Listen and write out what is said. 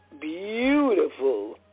beautiful